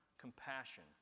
compassion